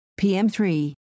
PM3